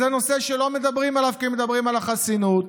זה נושא שלא מדברים עליו, כי מדברים על החסינות.